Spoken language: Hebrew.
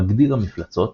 מגדיר המפלצות,